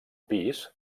pis